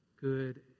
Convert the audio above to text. good